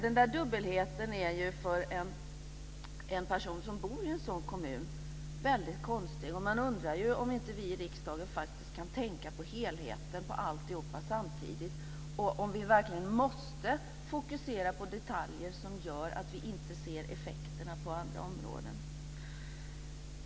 Den här dubbelheten är för en person som bor i en sådan kommun väldigt konstig. Man undrar om inte vi i riksdagen faktiskt kan tänka på helheten, på alltihop samtidigt. Man undrar om vi verkligen måste fokusera på detaljer som gör att vi inte ser effekterna på andra områden.